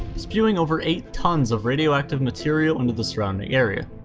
spewing over eight tons of radioactive material into the surrounding area.